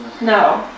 No